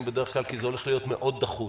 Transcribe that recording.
בדרך כלל כי זה הולך להיות מאוד דחוס.